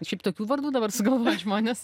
šiaip tokių vardų dabar sugalvoja žmonės